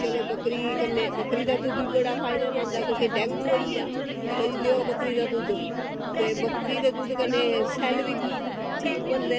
चलो बक्करी दे कन्नै बक्करी दा दुद्ध बी बड़ा फायदेमंद ऐ ते कुसै गी डेंगू होई गेआ जी चलो देओ बक्करी दा दुद्ध ते बक्करी दे दुद्ध कन्नै सेल्ल बी ठीक बनदे न